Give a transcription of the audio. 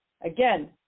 Again